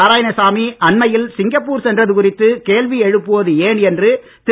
நாராயணசாமி அண்மையில் சிங்கப்பூர் சென்றது குறித்து கேள்வி எழுப்புவது ஏன் என்று திரு